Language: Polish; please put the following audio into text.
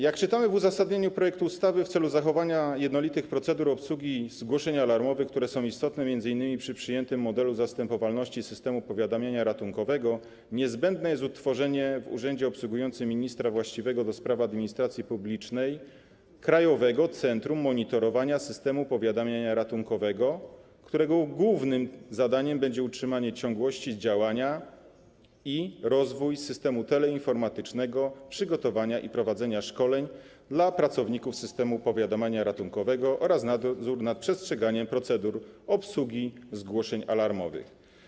Jak czytamy w uzasadnieniu projektu ustawy, w celu zachowania jednolitych procedur obsługi zgłoszeń alarmowych, które są istotne m.in. przy przyjętym modelu zastępowalności systemu powiadamiania ratunkowego, niezbędne jest utworzenie w urzędzie obsługującym ministra właściwego do spraw administracji publicznej Krajowego Centrum Monitorowania Systemu Powiadamiania Ratunkowego, którego głównym zadaniem będzie utrzymanie ciągłości działania i rozwój systemu teleinformatycznego, przygotowywanie i prowadzenie szkoleń dla pracowników systemu powiadamiania ratunkowego oraz nadzór nad przestrzeganiem procedur obsługi zgłoszeń alarmowych.